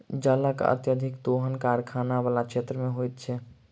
जलक अत्यधिक दोहन कारखाना बला क्षेत्र मे होइत छै